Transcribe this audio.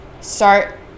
start